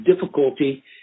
difficulty